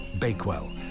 Bakewell